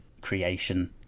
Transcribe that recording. creation